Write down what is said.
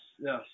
yes